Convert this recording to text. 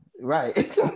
Right